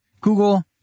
Google